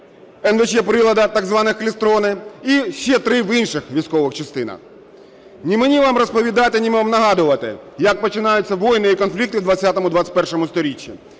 НВЧ прилади, так звані клістрони, і ще три в інших військових частинах. Не мені вам розповідати, ні мені вам нагадувати, як починаються війни і конфлікти в ХХ-ХХІ сторіччі.